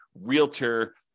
realtor